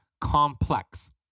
Complex